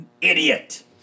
Idiot